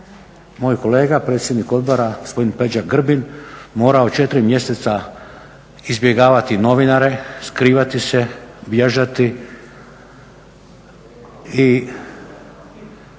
moj kolega predsjednik odbora gospodin Peđa Grbin morao 4 mjeseca izbjegavati novinare, skrivati se, bježati i